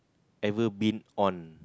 ever been on